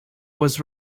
was